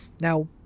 Now